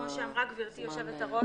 כפי שאמרה גברתי היושבת ראש,